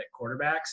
quarterbacks